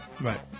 Right